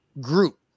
group